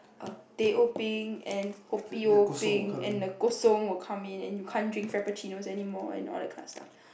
err teh O peng and kopi O peng and the Kosongs will come in and you can't drink Frappuccinos anymore and all that kinds of stuff